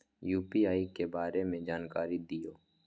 UPI के बारे में जानकारी दियौ?